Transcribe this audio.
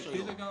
היום.